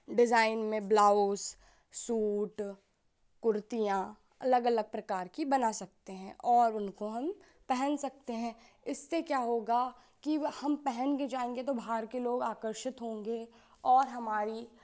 design में blouse suit कुर्तियाँ अलग अलग प्रकार की बना सकते हैं और उनको हम पहन सकते हैं इससे क्या होगा कि हम पहनकर जाएँगे तो बाहर के लोग आकर्षित होंगे और हमारी